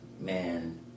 Man